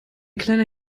kleiner